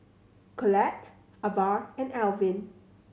Collette Avah and Elvin